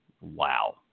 Wow